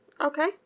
Okay